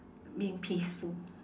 being peaceful